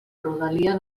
rodalia